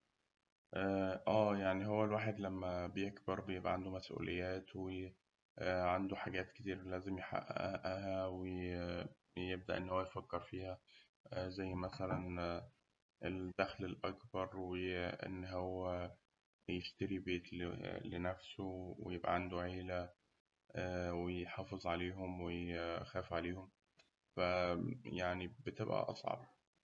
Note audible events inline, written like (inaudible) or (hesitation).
أه يعني هو الواحد لما بيكبر بيبقى عنده مسؤوليات و (hesitation) وعنده حاجات كتير لازم يحققها، و (hesitation) يبدأ إن هو يفكر فيها زي الدخل الأكبر وإن هو (hesitation) يشتري بي- بيت لنفسه ويبقى عنده عيلة ويحافظ عليهم ويخاف عليهم ف (hesitation) يعني بتبقى أصعب.